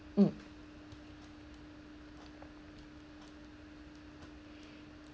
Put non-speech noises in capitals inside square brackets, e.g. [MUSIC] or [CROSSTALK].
mm [NOISE]